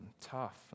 tough